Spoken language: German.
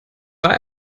war